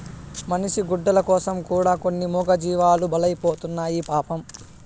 మనిషి గుడ్డల కోసం కూడా కొన్ని మూగజీవాలు బలైతున్నాయి పాపం